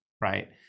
Right